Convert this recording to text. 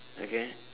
okay